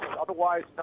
otherwise